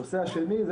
הנושא השני,